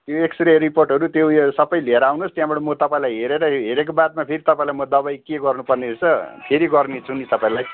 त्यो एक्स्रे रिपोर्टहरू त्यो उयो सबै लिएर आउनिहोस् त्यहाँबाट म तपाईँलाई हेरेर हेरेको बादमा फेरि तपाईँलाई म दबाई के गर्नु पर्ने रहेछ फेरि गर्नेछु नि तपाईँलाई